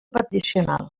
addicional